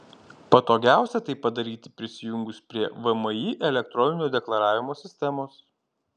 patogiausia tai padaryti prisijungus prie vmi elektroninio deklaravimo sistemos